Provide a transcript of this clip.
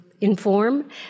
inform